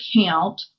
account